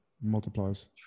multiplies